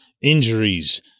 injuries